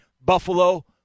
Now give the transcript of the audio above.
Buffalo